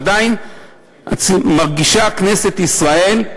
וכנסת ישראל,